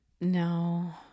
no